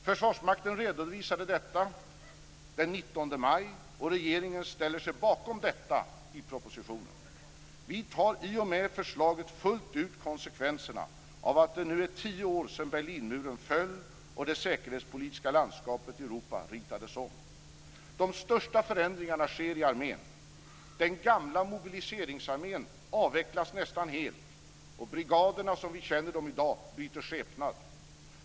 Försvarsmakten redovisade detta den 19 maj, och regeringen ställer sig bakom detta i propositionen. Vi tar i och med förslaget fullt ut konsekvenserna av att det nu är tio år sedan Berlinmuren föll och det säkerhetspolitiska landskapet i Europa ritades om. De största förändringarna sker i armén. Den gamla mobiliseringsarmén avvecklas nästan helt, och brigaderna som vi känner dem i dag byter skepnad.